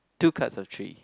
two cards or three